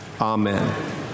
Amen